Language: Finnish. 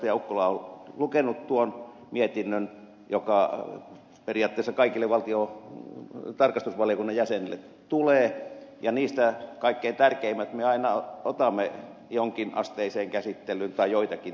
ukkola on lukenut tuon mietinnön joka periaatteessa kaikille tarkastusvaliokunnan jäsenille tulee ja kaikkein tärkeimmät asiat me aina otamme jonkin asteiseen käsittelyyn tai joitakin tärkeimpiä